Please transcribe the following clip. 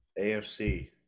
AFC